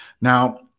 Now